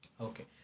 Okay